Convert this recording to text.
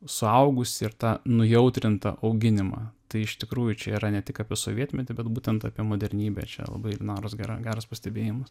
suaugusį ir tą nujautrintą auginimą tai iš tikrųjų čia yra ne tik apie sovietmetį bet būtent apie modernybę čia labai linaros ge geras pastebėjimas